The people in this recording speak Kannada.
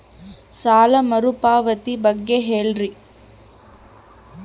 ಸಾಲ ಮರುಪಾವತಿ ಬಗ್ಗೆ ಹೇಳ್ರಿ?